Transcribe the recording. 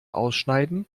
ausschneiden